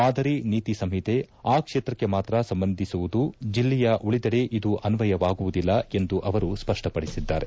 ಮಾದರಿ ನೀತಿ ಸಂಹಿತೆ ಆ ಕ್ಷೇತ್ರಕ್ಕೆ ಮಾತ್ರ ಸಂಬಂಧಿಸುವುದು ಜಿಲ್ಲೆಯ ಉಳಿದೆಡೆ ಇದು ಅನ್ವಯವಾಗುವುದಿಲ್ಲ ಎಂದು ಅವರು ಸ್ಪಷ್ಟಪದಿಸಿದ್ದಾರೆ